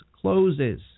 closes